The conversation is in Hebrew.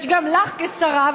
יש לך עמדה כשרה,